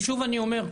ושוב אני אומר,